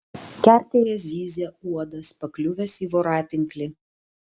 kertėje zyzė uodas pakliuvęs į voratinklį